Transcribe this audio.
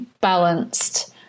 balanced